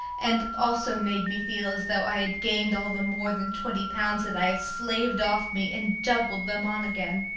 and also made me feel as though i had gained all the more than twenty pounds that i have slaved off me and doubled them on again.